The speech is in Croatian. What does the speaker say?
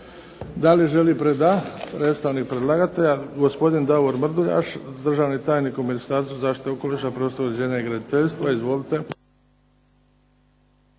Da li želi… da. Predstavnik predlagatelja gospodin Davor Mrduljaš, državni tajnik u Ministarstvu zaštite okoliša, prostornog uređenja i graditeljstva. Izvolite.